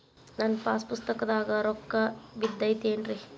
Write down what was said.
ನನ್ನ ಪಾಸ್ ಪುಸ್ತಕದಾಗ ರೊಕ್ಕ ಬಿದ್ದೈತೇನ್ರಿ?